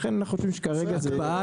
לכן אנחנו חושבים שכרגע זה -- הקפאת